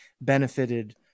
benefited